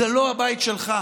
זה לא הבית שלך,